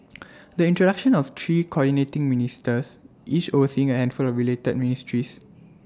the introduction of three Coordinating Ministers each overseeing A handful of related ministries